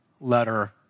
letter